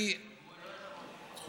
אני